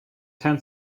ten